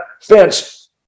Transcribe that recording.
fence